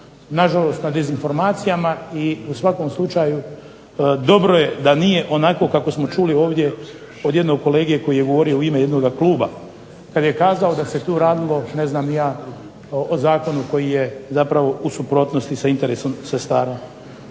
nažalost na dezinformacijama. I u svakom slučaju dobro je da nije onako kako smo čuli ovdje od jednog kolege koji je govorio u ime jednoga kluba kad je kazao da se tu radilo o zakonu koji je zapravo u suprotnosti sa interesom sestara.